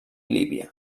líbia